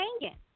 hanging